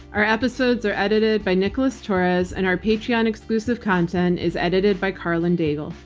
our episodes are edited by nicholas torres and our patreon exclusive content is edited by karlyn daigle.